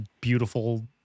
beautiful